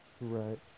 Right